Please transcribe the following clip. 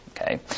Okay